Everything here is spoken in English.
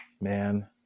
man